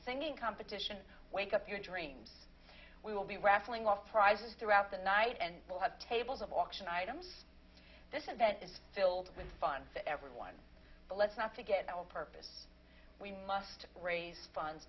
singing competition wake up your dreams we will be raffling off prizes throughout the night and will have tables of auction items this and that is filled with fun for everyone but let's not forget on purpose we must raise funds